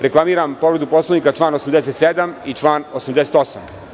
Reklamiram povredu Poslovnika član 87. i član 88.